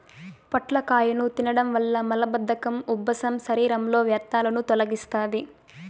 పొట్లకాయను తినడం వల్ల మలబద్ధకం, ఉబ్బసం, శరీరంలో వ్యర్థాలను తొలగిస్తాది